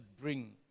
bring